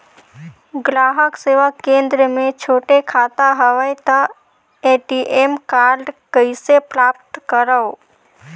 ग्राहक सेवा केंद्र मे छोटे खाता हवय त ए.टी.एम कारड कइसे प्राप्त करव?